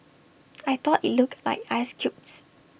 I thought IT looked like ice cubes